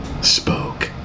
spoke